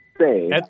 say